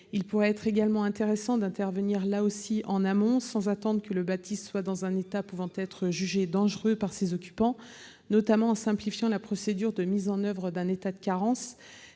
Il pourrait également être intéressant d'intervenir là aussi en amont, sans attendre que le bâti soit dans un état pouvant être dangereux pour ses occupants, notamment en simplifiant la procédure de mise en oeuvre d'un état de carence.